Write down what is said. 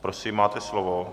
Prosím, máte slovo.